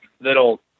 that'll